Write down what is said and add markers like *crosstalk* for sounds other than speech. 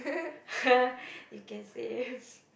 *breath* you can save